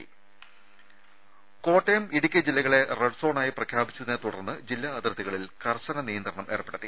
രേര കോട്ടയം ഇടുക്കി ജില്ലകളെ റെഡ് സോണായി പ്രഖ്യാപിച്ചതിനെ തുടർന്ന് ജില്ലാ അതിർത്തികളിൽ കർശന നിയന്ത്രണം ഏർപ്പെടുത്തി